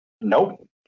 Nope